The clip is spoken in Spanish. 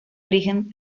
origen